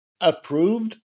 approved